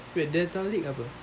wait delta league apa